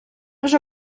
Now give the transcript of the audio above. вже